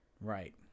Right